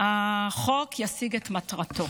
החוק ישיג את מטרתו.